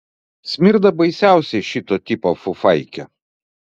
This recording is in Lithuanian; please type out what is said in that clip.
smirda baisiausiai šito tipo fufaikė